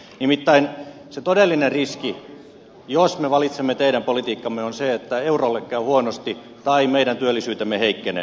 nimittäin se todellinen riski jos me valitsemme teidän politiikkanne on se että eurolle käy huonosti tai meidän työllisyytemme heikkenee